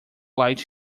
light